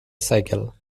cycle